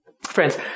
Friends